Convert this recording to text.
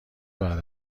بعد